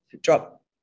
drop